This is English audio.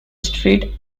street